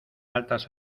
altas